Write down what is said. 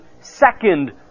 second